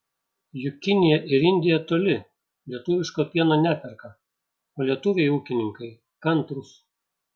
juk kinija ir indija toli lietuviško pieno neperka o lietuviai ūkininkai kantrūs